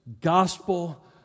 gospel